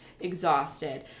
exhausted